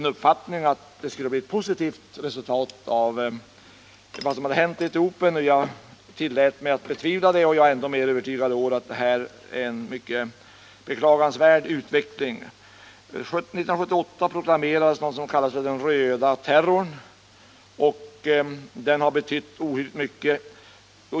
uppfattningen att det skulle bli ett positivt resultat av vad som hänt i Etiopien. Jag tillät mig betvivla det, och jag är i dag ännu mer övertygad om att den utveckling som skett är mycket beklagansvärd. 1978 proklamerades något som kallades ”den röda terrorn”, och den har betytt oerhört mycket.